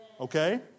Okay